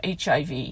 HIV